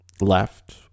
left